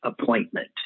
appointment